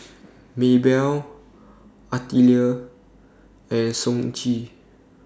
Maebell Artelia and Sonji